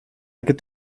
gibt